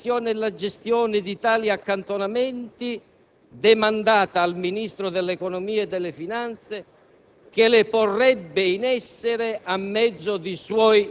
nonché degli ulteriori accantonamenti di cui al successivo comma,